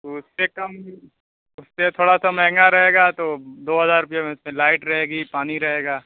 اس سے کم اس سے تھوڑا سا مہنگا رہے گا تو دو ہزار روپے میں لائٹ رہے گی پانی رہے گا